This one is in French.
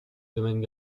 domaine